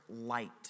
light